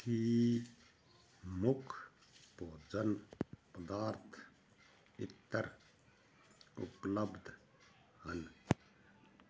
ਕੀ ਮੁੱਖ ਭੋਜਨ ਪਦਾਰਥ ਇਤਰ ਉਪਲੱਬਧ ਹਨ